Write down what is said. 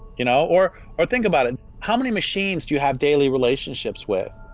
you know or or think about it, how many machines do you have daily relationships with?